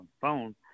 phone